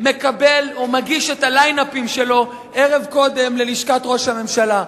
מגיש את הליין-אפים שלו ערב קודם ללשכת ראש הממשלה.